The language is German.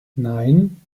nein